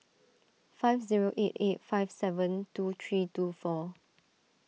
five zero eight eight five seven two three two four